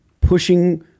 pushing